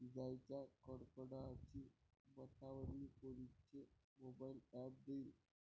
इजाइच्या कडकडाटाची बतावनी कोनचे मोबाईल ॲप देईन?